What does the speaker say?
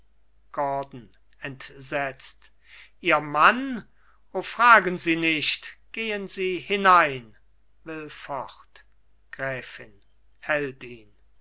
gordon entsetzt ihr mann o fragen sie nicht gehen sie hinein will fort gräfin